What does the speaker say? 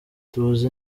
tuzi